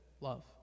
love